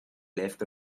left